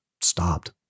stopped